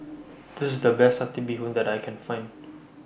This IS The Best Satay Bee Hoon that I Can Find